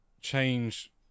change